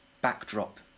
backdrop